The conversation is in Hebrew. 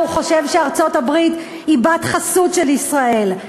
חושב שארצות-הברית היא בת חסות של ישראל.